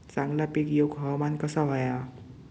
चांगला पीक येऊक हवामान कसा होया?